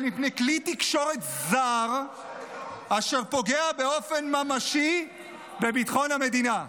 מפני כלי תקשורת זר אשר פוגע באופן ממשי בביטחון המדינה.